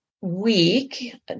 week